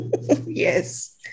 Yes